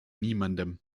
niemandem